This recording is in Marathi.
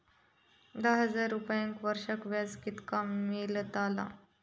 दहा हजार रुपयांक वर्षाक व्याज कितक्या मेलताला?